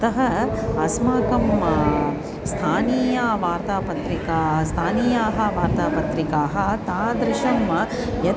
अतः अस्माकं स्थानीया वार्तापत्रिका स्थानीयाः वार्तापत्रिकाः तादृशं वा यत्